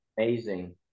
Amazing